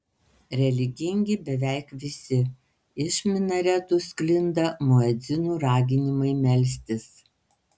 religingi beveik visi iš minaretų sklinda muedzinų raginimai melstis